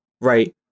right